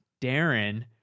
Darren